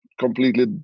Completely